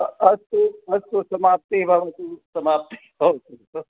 अस्तु अस्तु समाप्त्येव भवतु समाप्त भव